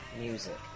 music